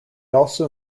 also